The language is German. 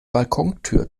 balkontür